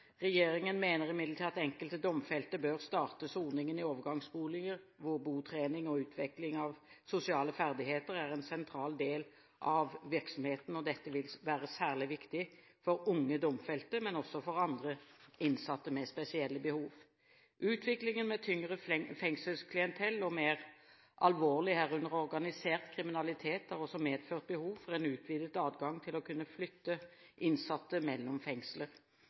Regjeringen mener imidlertid at enkelte domfelte bør starte soningen i overgangsboliger, hvor botrening og utvikling av sosiale ferdigheter er en sentral del av virksomheten. Dette vil være særlig viktig for unge domfelte, men også for andre innsatte med spesielle behov. Utviklingen med tyngre fengselsklientell og mer alvorlig, herunder organisert, kriminalitet har også medført behov for en utvidet adgang til å kunne flytte innsatte mellom fengsler.